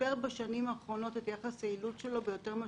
ששיפר בשנים האחרונות את היעילות שלו ביותר מ-5%.